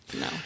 No